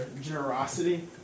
generosity